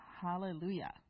Hallelujah